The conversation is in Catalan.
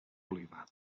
oliva